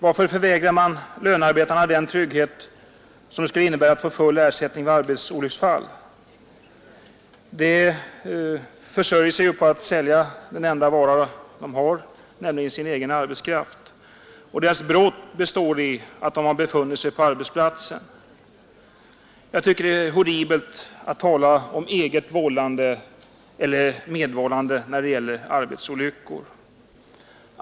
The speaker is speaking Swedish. Varför förvägrar man lönearbetarna den trygghet som det skulle innebära att få full ersättning för arbetsolycksfall? De försörjer sig ju på att sälja den enda vara de har, nämligen sin egen arbetskraft. Deras brott består i att de har befunnit sig på arbetsplatsen. Jag tycker att det är horribelt att tala om eget vållande eller medvållande när det gäller arbetsolyckor.